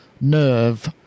nerve